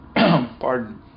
Pardon